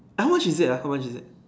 how much is it ah how much is it